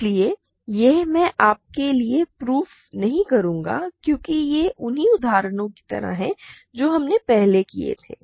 इसलिए यह मैं आपके लिए प्रूव नहीं करूंगा क्योंकि ये उन्ही उदाहरणों की तरह है जो हमने पहले किए थे